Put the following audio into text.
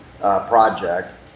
project